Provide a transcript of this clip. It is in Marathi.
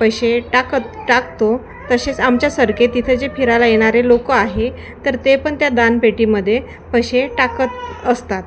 पैसे टाकत टाकतो तसेच आमच्यासारखे तिथे जे फिरायला येणारे लोक आहे तर ते पण त्या दानपेटीमध्ये पैसे टाकत असतात